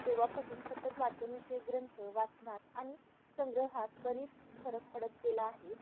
तेव्हापासून सतत वाचनविषयी ग्रंथ वाचनात आणि संग्रहात बरीच फरक पडत गेला आहे